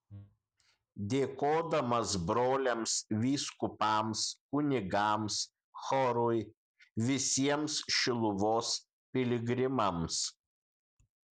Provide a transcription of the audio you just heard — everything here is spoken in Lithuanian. dėkodamas broliams vyskupams kunigams chorui visiems šiluvos piligrimams